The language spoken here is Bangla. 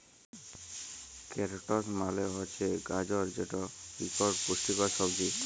ক্যারটস মালে হছে গাজর যেট ইকট পুষ্টিকর সবজি